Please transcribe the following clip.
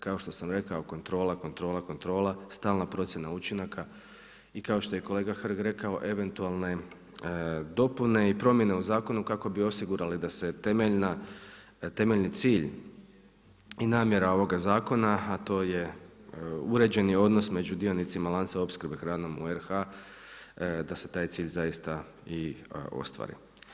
Kao što sam rekao kontrola, kontrola, kontrola, stalna procjena učinaka i kao što je i kolega Hrg rekao eventualne dopune i promjene u zakonu kako bi osigurale da se temeljni cilj i namjera ovoga zakona a to je uređeni odnos među dionicima lanca opskrbe hranom u RH da se taj cilj zaista i ostvari.